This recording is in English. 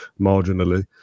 marginally